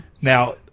Now